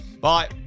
bye